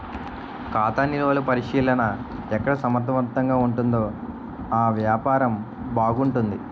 ఖాతా నిలువలు పరిశీలన ఎక్కడ సమర్థవంతంగా ఉంటుందో ఆ వ్యాపారం బాగుంటుంది